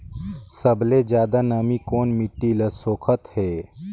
सबले ज्यादा नमी कोन मिट्टी ल सोखत हे?